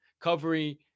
covering